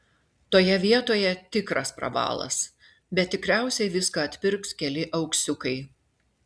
toje vietoje tikras pravalas bet tikriausiai viską atpirks keli auksiukai